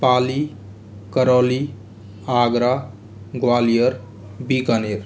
Pali Karauli Agra Gwalior Bikaner